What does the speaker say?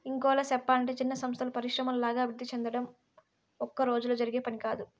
ఇంకోలా సెప్పలంటే చిన్న సంస్థలు పరిశ్రమల్లాగా అభివృద్ధి సెందడం ఒక్కరోజులో జరిగే పని కాదు